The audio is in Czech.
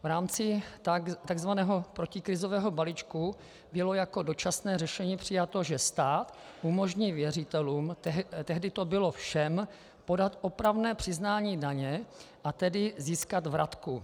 V rámci takzvaného protikrizového balíčku bylo jako dočasné řešení přijato, že stát umožní věřitelům, tehdy to bylo všem, podat opravné přiznání daně, a tedy získat vratku.